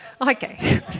Okay